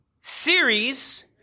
series